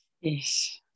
Yes